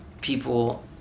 people